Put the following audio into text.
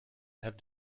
have